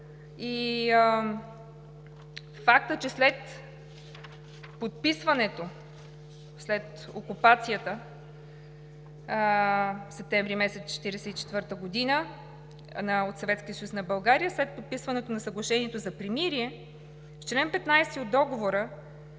и факта, че след подписването, след окупацията – септември месец 1944 г., от Съветския съюз на България, след подписването на Съглашението за примирие, в чл. 15 от Договора